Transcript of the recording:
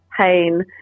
pain